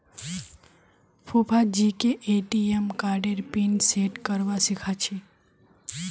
फूफाजीके ए.टी.एम कार्डेर pin set करवा सीखा छि